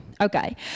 Okay